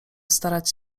starać